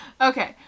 Okay